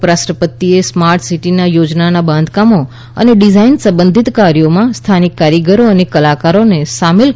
ઉપરાષ્ટ્રપતિએ smart city યોજનાઓમાં બાંધકામ અને ડિઝાઇન સંબંધિત કાર્યોમાં સ્થાનિક કારીગરો અને કલાકારોને શામેલ કરવા પણ હાકલ કરી